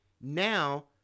Now